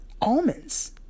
almonds